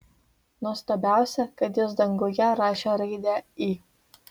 nuostabiausia kad jis danguje rašė raidę i